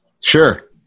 Sure